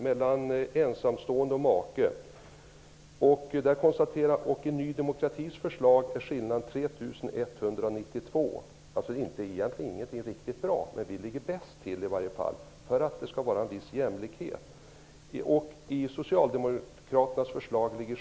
Inte heller det är riktigt bra, men vi ligger i varje fall bäst till när det gäller att tillgodose en viss jämlikhet.